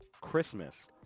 Christmas